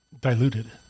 diluted